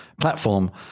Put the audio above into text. platform